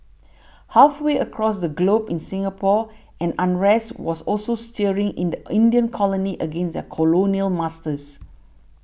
halfway across the globe in Singapore an unrest was also stirring in the Indian colony against their colonial masters